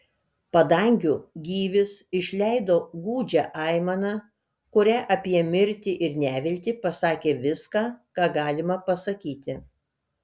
padangių gyvis išleido gūdžią aimaną kuria apie mirtį ir neviltį pasakė viską ką galima pasakyti